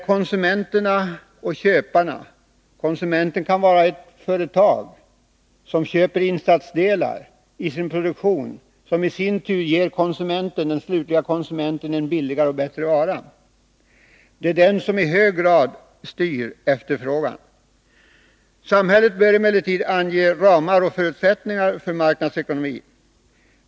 Konsumenten kan vara ett företag som köper insatsdelar till sin produktion, vilket i sin tur ger den slutlige konsumenten en billigare och bättre vara. Industriministern fortsatte: ”Samhället bör emellertid ange ramar och förutsättningar för marknadsekonomin.